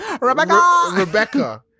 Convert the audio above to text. rebecca